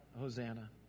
Hosanna